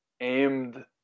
aimed